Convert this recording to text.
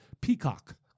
Peacock